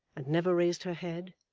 and never raised her head,